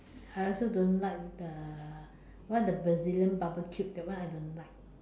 I also don't like the what the Brazilian barbeque that one I don't like